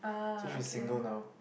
so she is single now